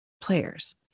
players